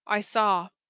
i saw!